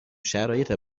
شرایط